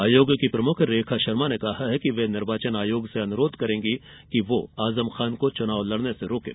आयोग की प्रमुख रेखा शर्मा ने कहा कि वे निर्वाचन आयोग से अनुरोध करेंगी कि वह आजम खान को चूनाव लड़ने से रोकें